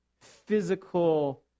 physical